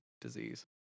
disease